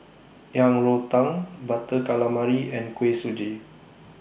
Yang Rou Tang Butter Calamari and Kuih Suji